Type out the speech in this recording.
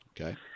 Okay